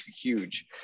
huge